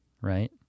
right